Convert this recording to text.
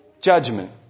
judgment